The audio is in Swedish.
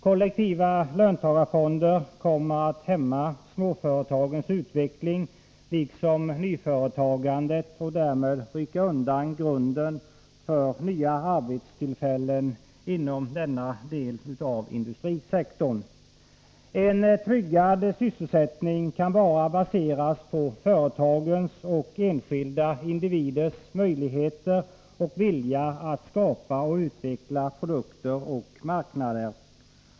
Kollektiva löntagarfonder kommer att hämma småföretagens utveckling liksom nyföretagandet, och därmed kommer löntagarfonderna att rycka undan grunden för nya arbetstillfällen inom denna del av industrisektorn. En tryggad sysselsättning kan bara baseras på företagens och enskilda individers möjligheter och vilja att skapa och utveckla produkter och marknader.